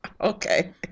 Okay